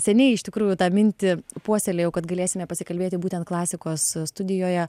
seniai iš tikrųjų tą mintį puoselėjau kad galėsime pasikalbėti būtent klasikos studijoje